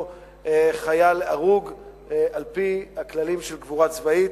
חייל הרוג על-פי הכללים של קבורה צבאית.